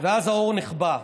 ואז האור נכבה.